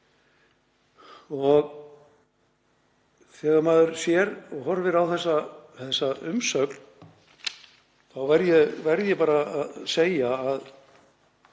Þegar maður horfir á þessa umsögn þá verð ég bara að segja að